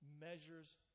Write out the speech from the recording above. measures